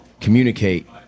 communicate